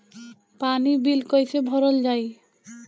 पानी बिल कइसे भरल जाई?